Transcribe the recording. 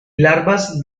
larvas